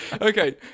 Okay